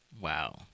Wow